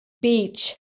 Beach